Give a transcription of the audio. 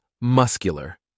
muscular